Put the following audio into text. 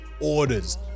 orders